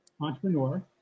entrepreneur